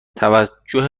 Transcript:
توجه